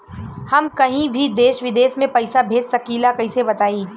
हम कहीं भी देश विदेश में पैसा भेज सकीला कईसे बताई?